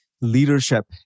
leadership